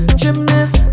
gymnast